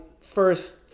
first